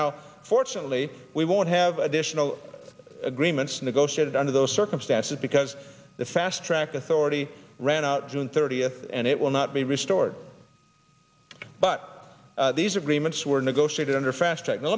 now fortunately we won't have additional agreements negotiated under those circumstances because the fast track authority ran out june thirtieth and it will not be restored but these agreements were negotiated